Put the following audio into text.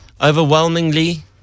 Overwhelmingly